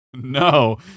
No